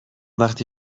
وقتی